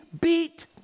beat